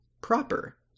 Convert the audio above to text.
Proper